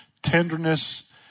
tenderness